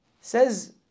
says